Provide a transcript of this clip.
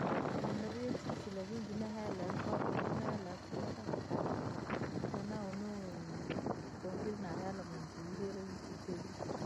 Naenda ria chipsi lakini jiri na hela avoo jina hela yakula kaa!, kanaa unu- ukoongeria na hela muntu wilile wikutee vii.